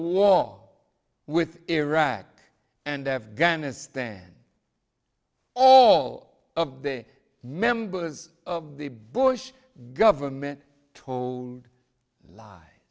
war with iraq and afghanistan all of the members of the bush government told lie